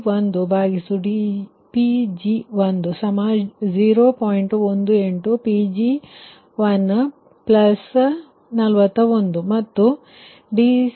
18 Pg141 ಮತ್ತು dC2dPg20